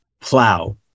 Plow